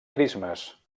christmas